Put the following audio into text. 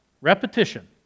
Repetition